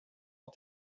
att